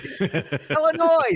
Illinois